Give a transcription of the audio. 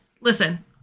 listen